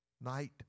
night